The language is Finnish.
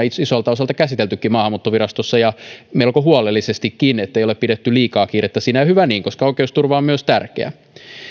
isolta osalta käsiteltykin maahanmuuttovirastossa ja melko huolellisestikin ettei ole pidetty liikaa kiirettä siinä ja hyvä niin koska oikeusturva on myös tärkeä